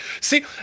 see